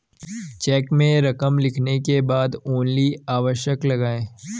check में रकम लिखने के बाद ओन्ली अवश्य लगाएँ